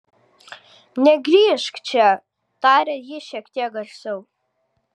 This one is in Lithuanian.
negrįžk čia tarė ji šiek tiek garsiau